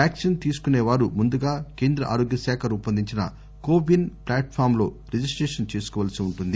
vaccine తీసుకునే వారు ముందుగా కేంద్ర ఆరోగ్యశాఖ రూపొందించిన కోవిస్ ప్లాట్ఫామ్లో రిజిస్టేషన్ చేసుకోవాల్సి ఉంటుంది